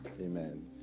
Amen